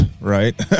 right